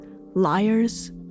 liars